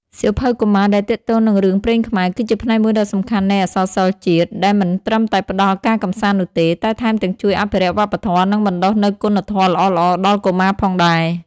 សៀវភៅកុមារដែលទាក់ទងនឹងរឿងព្រេងខ្មែរ គឺជាផ្នែកមួយដ៏សំខាន់នៃអក្សរសិល្ប៍ជាតិ ដែលមិនត្រឹមតែផ្ដល់ការកម្សាន្តនោះទេ តែថែមទាំងជួយអភិរក្សវប្បធម៌ និងបណ្ដុះនូវគុណធម៌ល្អៗដល់កុមារផងដែរ។